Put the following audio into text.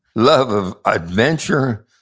love of adventure,